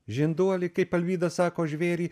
žinduolį kaip alvyda sako žvėrį